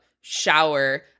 shower